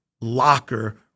locker